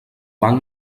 banc